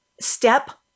step